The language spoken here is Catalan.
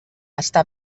està